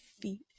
feet